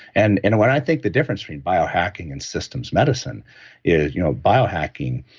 and and what i think the difference between biohacking and systems medicine is you know biohacking,